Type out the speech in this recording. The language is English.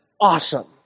Awesome